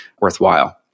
worthwhile